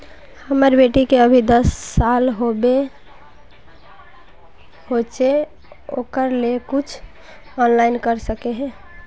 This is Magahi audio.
हमर बेटी के अभी दस साल होबे होचे ओकरा ले कुछ ऑनलाइन कर सके है?